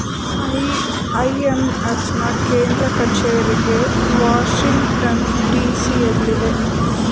IMF ನಾ ಕೇಂದ್ರ ಕಚೇರಿಗೆ ವಾಷಿಂಗ್ಟನ್ ಡಿ.ಸಿ ಎಲ್ಲಿದೆ